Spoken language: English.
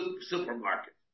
supermarket